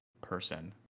person